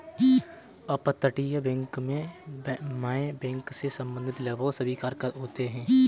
अपतटीय बैंक मैं बैंक से संबंधित लगभग सभी कार्य होते हैं